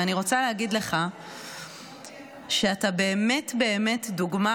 ואני רוצה להגיד לך שאתה באמת באמת דוגמה